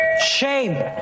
Shame